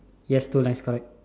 yes two line correct